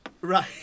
Right